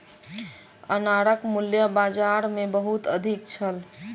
अनारक मूल्य बाजार मे बहुत अधिक छल